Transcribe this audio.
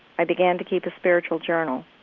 i began to keep a spiritual journal.